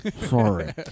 Sorry